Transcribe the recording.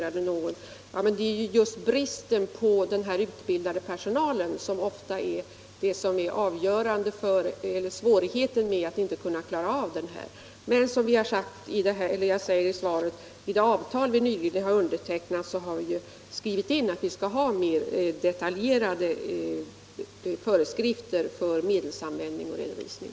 Nr 122 Jo, det är just bristen på utbildad personal som ofta gör att man har svårt att klara detta. Men som jag säger i svaret har vi i det avtal vi nyligen har undertecknat skrivit in att vi skall ha mer detaljerade föreskrifter för medelsanvändning och redovisning.